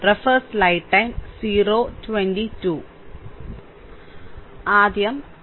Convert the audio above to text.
ആദ്യം ആ mesh loop കാര്യം കാണണം